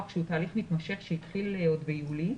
שהוא תהליך מתמשך שהתחיל עוד ביולי.